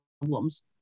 problems